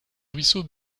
ruisseau